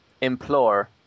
implore